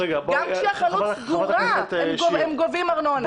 גם כשהחנות סגורה הם גובים ארנונה.